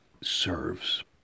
serves